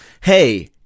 hey